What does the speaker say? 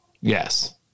Yes